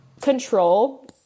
control